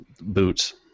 boots